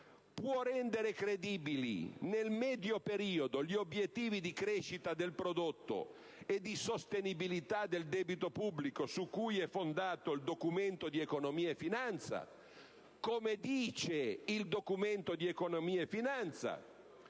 può rendere credibili nel medio periodo gli obiettivi di crescita del prodotto e di sostenibilità del debito pubblico su cui è fondato il Documento di economia e finanza, come proprio quest'ultimo afferma,